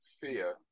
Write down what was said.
fear